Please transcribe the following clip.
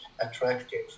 attractive